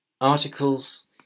articles